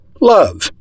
Love